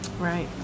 right